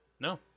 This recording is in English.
no